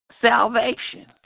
salvation